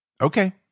Okay